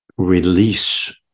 Release